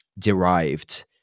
derived